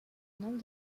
nombre